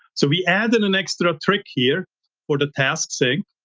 so we added an extra trick here for the task sync.